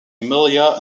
emilia